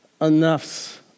enough's